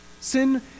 sin